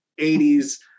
80s